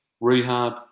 rehab